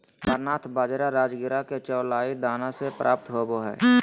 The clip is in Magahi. अमरनाथ बाजरा राजगिरा के चौलाई दाना से प्राप्त होबा हइ